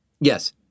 Yes